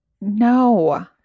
No